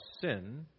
sin